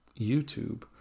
YouTube